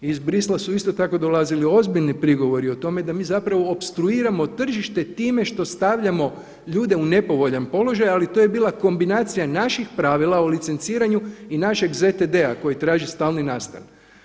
Iz Bruxellesa su isto tako dolazili ozbiljni prigovori o tome da mi zapravo opstruiramo tržište time što stavljamo ljude u nepovoljan položaj, ali to je bila kombinacija naših pravila o licenciranju i našeg ZTD-a koji traži stalni nastan.